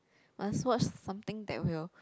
must watch something that will